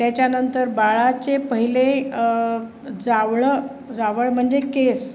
त्याच्यानंतर बाळाचे पहिले जावळं जावळ म्हणजे केस